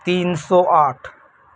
تین سو آٹھ